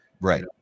Right